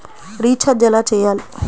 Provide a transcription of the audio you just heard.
Recharge ఎలా చెయ్యాలి?